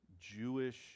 Jewish